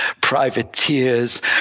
privateers